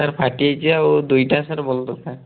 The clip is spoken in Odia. ସାର୍ ଫାଟି ଯାଇଛି ଆଉ ଦୁଇଟା ସାର୍ ବଲ୍ ଦରକାର